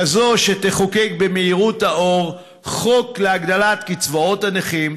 כזאת שתחוקק במהירות האור חוק להגדלת קצבאות הנכים,